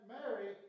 Mary